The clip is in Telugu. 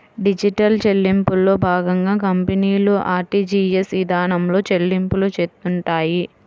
డిజిటల్ చెల్లింపుల్లో భాగంగా కంపెనీలు ఆర్టీజీయస్ ఇదానంలో చెల్లింపులు చేత్తుంటాయి